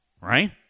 right